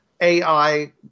AI